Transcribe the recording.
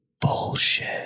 Bullshit